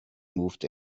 moved